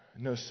No